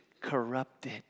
corrupted